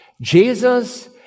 Jesus